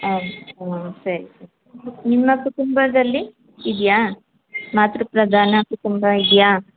ಹ್ಞೂ ಹ್ಞೂ ಸರಿ ಸರಿ ನಿಮ್ಮ ಕುಟುಂಬದಲ್ಲಿ ಇದೆಯಾ ಮಾತ್ರ ಪ್ರಧಾನ ಕುಟುಂಬ ಇದೆಯಾ